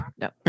no